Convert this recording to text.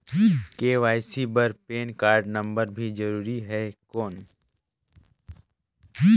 KYC बर PAN card number भी जरूरी हे कौन?